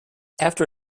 after